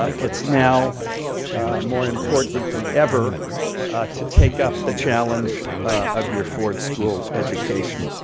it's now more important than ever to take up the challenge of your ford school education.